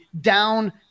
down